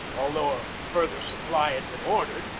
although a further supply had been ordered,